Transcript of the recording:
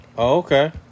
Okay